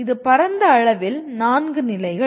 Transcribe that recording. அது பரந்த அளவில் 4 நிலைகள்